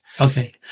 Okay